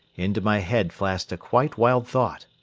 into my head flashed a quite wild thought.